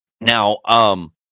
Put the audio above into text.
now